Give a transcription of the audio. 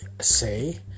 say